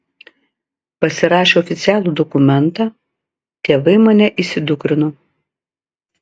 pasirašę oficialų dokumentą tėvai mane įsidukrino